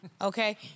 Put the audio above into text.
Okay